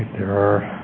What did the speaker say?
there are